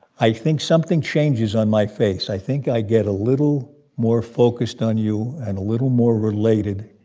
i think something changes on my face. i think i get a little more focused on you and a little more related.